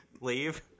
leave